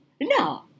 no